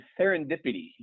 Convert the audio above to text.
serendipity